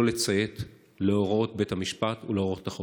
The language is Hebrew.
לציית להוראות בית המשפט ולהוראות החוק.